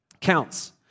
Counts